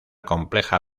compleja